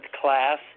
class